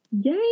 Yay